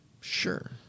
Sure